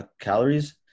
calories